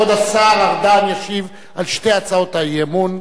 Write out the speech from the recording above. כבוד השר ארדן ישיב על שתי הצעות האי-אמון.